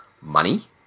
money